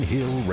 Hill